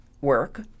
work